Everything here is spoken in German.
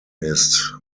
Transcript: ist